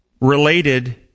related